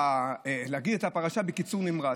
להגיד את הפרשה בקיצור נמרץ.